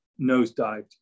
nosedived